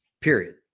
Period